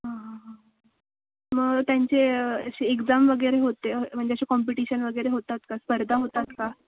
हां हां हां मग त्यांचे अशी एक्झाम वगैरे होते म्हणजे असे कॉम्पिटिशन वगैरे होतात का स्पर्धा होतात का